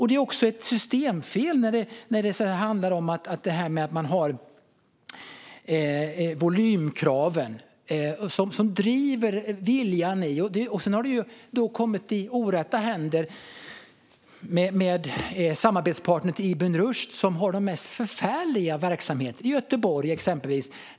Det är också ett systemfel när det handlar om det här med att man har volymkrav. Sedan har det då kommit i orätta händer - samarbetspartner till Ibn Rushd har de mest förfärliga verksamheter i Göteborg, exempelvis.